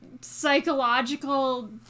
psychological